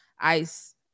ice